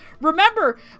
Remember